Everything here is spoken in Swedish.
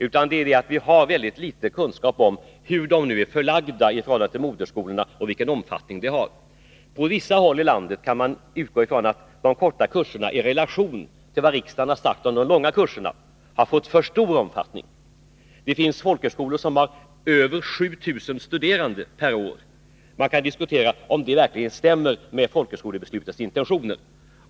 Men vi har väldigt liten kunskap om hur de är förlagda i förhållande till moderskolorna och vilken omfattning de har. Man kan utgå från att på vissa håll i landet har de korta kurserna i relation till vad riksdagen har sagt om de långa kurserna fått för stor omfattning. Det finns folkhögskolor som har över 7 000 studerande per år. Man kan diskutera om detta verkligen stämmer med folkhögskolebeslutets intentioner.